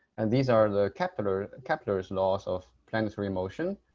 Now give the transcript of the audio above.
and these are the kepler's kepler's laws of planetary motion,